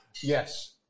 yes